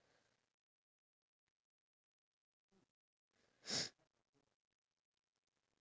can we walk around the mall later on to see if there's the makeup remover so that I can just get it done